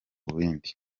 bindi